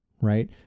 right